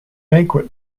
banquet